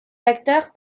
acteurs